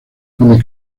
come